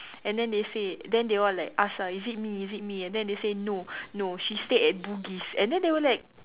and then they say then they all are like ask ah is it me is it me and then he say no no she stay at Bugis and then they were like